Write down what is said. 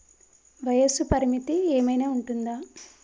వయస్సు పరిమితి ఏమైనా ఉంటుందా?